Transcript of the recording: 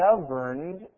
governed